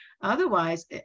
Otherwise